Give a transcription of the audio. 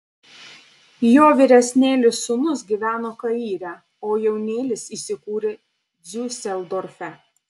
jo vyresnėlis sūnus gyveno kaire o jaunėlis įsikūrė diuseldorfe